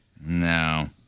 No